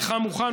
אינך מוכן.